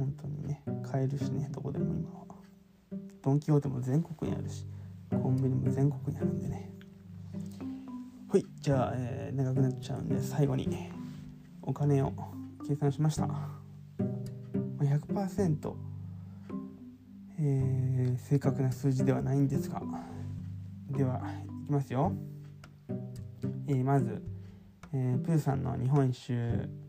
本当にね、買えるしね、どこでも今は。ドン・キホーテも全国にあるし、コンビニも全国にあるんでね。ほい、じゃあ、えー、長くなっちゃうんで、最後にお金を計算しました。まあ、100%、えー、正確な数字ではないんですが。では、いきますよ。えー、まず、えー、プーさんの日本一周